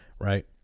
Right